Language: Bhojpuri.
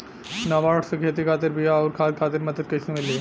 नाबार्ड से खेती खातिर बीया आउर खाद खातिर मदद कइसे मिली?